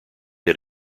had